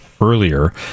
earlier